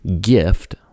gift